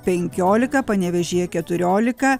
penkiolika panevėžyje keturiolika